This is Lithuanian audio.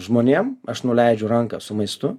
žmonėm aš nuleidžiu ranką su maistu